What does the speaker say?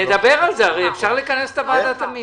נדבר על זה, הרי אפשר לכנס את הוועדה תמיד.